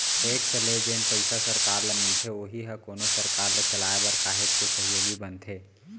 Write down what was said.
tax ले जेन पइसा सरकार ल मिलथे उही ह कोनो सरकार ल चलाय बर काहेच के सहयोगी बनथे